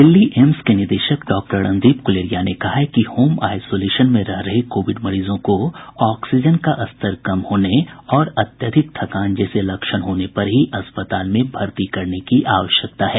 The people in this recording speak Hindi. दिल्ली एम्स के निदेशक डॉक्टर रणदीप गुलेरिया ने कहा है कि होम आइसोलेशन में रह रहे कोविड मरीजों को ऑक्सीजन का स्तर कम होने और अत्यधिक थकान जैसे लक्षण होने पर ही अस्पताल में भर्ती करने की आवश्यकता है